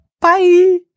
Bye